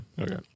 Okay